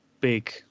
big